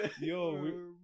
Yo